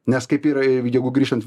nes kaip yra ir jeigu grįžtant